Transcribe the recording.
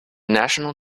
national